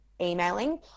emailing